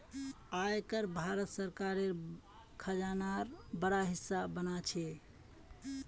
आय कर भारत सरकारेर खजानार बड़ा हिस्सा बना छे